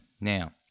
Now